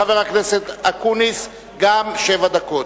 לחבר הכנסת אקוניס גם כן שבע דקות.